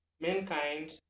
mankind